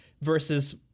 versus